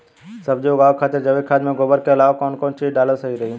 सब्जी उगावे खातिर जैविक खाद मे गोबर के अलाव कौन कौन चीज़ डालल सही रही?